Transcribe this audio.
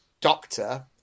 doctor